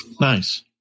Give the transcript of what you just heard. Nice